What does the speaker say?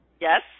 Yes